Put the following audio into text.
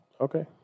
Okay